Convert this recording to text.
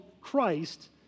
Christ